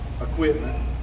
equipment